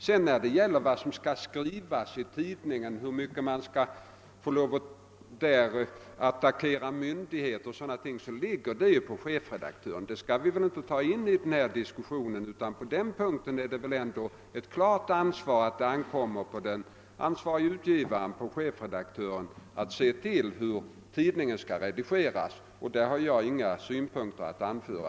Och när det gäller vad som skall skrivas i tidningen och i vilken utsträckning man skall få lov att attackera myndigheterna, så ligger det på chefredaktören att avgöra. Det skall vi väl inte föra in i denna diskussion, utan det är helt klart att det ankommer på den ansvarige utgivaren, chefredaktören, att se till hur tidningen redigeras. Därvidlag har jag inga synpunkter att anföra.